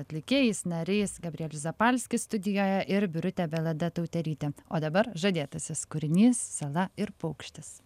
atlikėjais nariais gabrielius zapalskis studijoje ir birutė vėlada tauterytė o dabar žadėtasis kūrinys sala ir paukštis